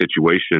situation